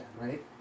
right